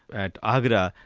at agra,